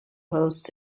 hosts